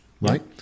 Right